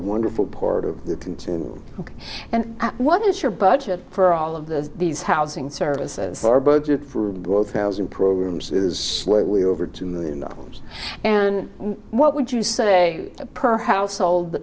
wonderful part of the internet and what is your budget for all of this these housing services our budget for both housing programs is slightly over two million dollars and what would you say per household